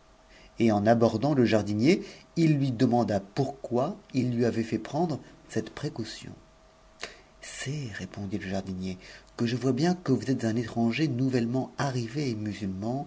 et en abordant le jardi'ii il lui demanda pourquoi il lui avait ait prendre cette précaution ct'sf répondit le jardinier que je vois bien que vous êtes un étranger n m't'lement arrivé et musulman